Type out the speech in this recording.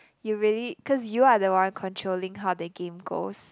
you really cause you are the one controlling how the game goes